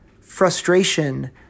frustration